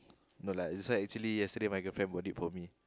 no lah this one actually yesterday my girlfriend bought it for me